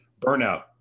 Burnout